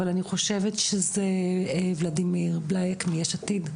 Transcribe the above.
אבל אני חושבת שזה ולדימיר בליאק מיש עתיד,